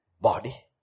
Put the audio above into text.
body